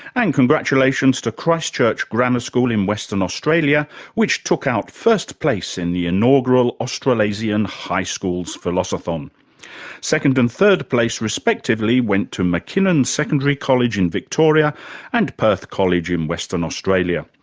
and congratulations to christ church grammar school in western australia which took out first place in the inaugural australasian high schools philosothon. um second and third place respectively went to mckinnon secondary college in victoria and perth college in western australia.